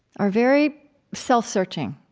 are very self-searching,